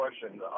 question